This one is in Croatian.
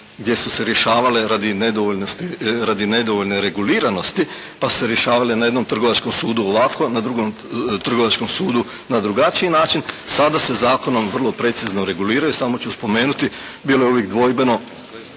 gdje su se rješavali radi nedovoljne reguliranosti pa su se rješavale na jednom trgovačkom sudu ovako, na drugom trgovačkom sudu na drugačiji način, sada se Zakonom vrlo precizno reguliraju. Samo ću spomenuti jer je uvijek dvojbeno